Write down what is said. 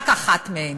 רק אחת מהן.